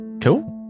Cool